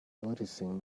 noticing